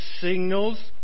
signals